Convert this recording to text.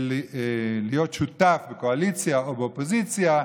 בקואליציה או באופוזיציה,